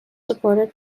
supported